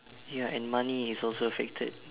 ya and money is also affected